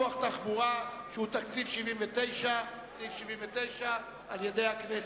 פיתוח תחבורה, שהוא סעיף 79, על-ידי הכנסת.